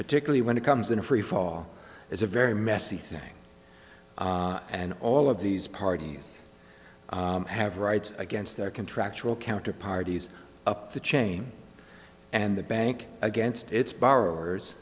particularly when it comes in a freefall is a very messy thing and all of these parties have rights against their contractual counter parties up the chain and the bank against its borrowers